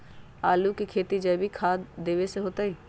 आलु के खेती जैविक खाध देवे से होतई?